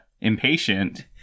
impatient